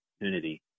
opportunity